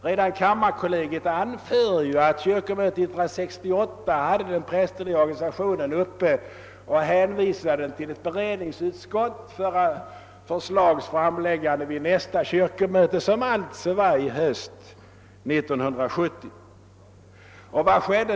Redan kammarkollegiet anför ju att kyrkomötet 1968 hade frågan om den prästerliga organisationen uppe till behandling och uppdrog åt utredningsnämnden «att framlägga förslag vid nästa kyrkomöte, som alltså hölls nu i höst.